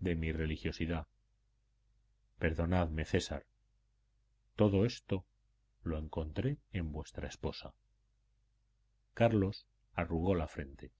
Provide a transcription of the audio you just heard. de mi religiosidad perdonadme césar todo esto lo encontré en vuestra esposa carlos arrugó la frente